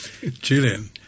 Julian